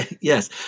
Yes